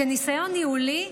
כניסיון ניהולי,